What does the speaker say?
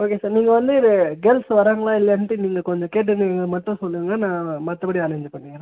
okay sir நீங்கள் வந்து girls வராங்களா இல்லையான்ட்டு நீங்கள் கொஞ்சம் கேட்டு நீங்கள் இதை மட்டும் சொல்லுங்கள் நான் மற்றபடி அரேஞ்சு பண்ணிடுறேன்